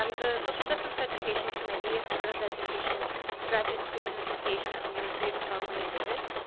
um the social justice education committee is part of the education graduate student association at the university of california at davis.